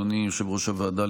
אדוני יושב-ראש הוועדה,